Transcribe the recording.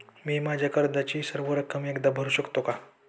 मी माझ्या कर्जाची सर्व रक्कम एकदा भरू शकतो का?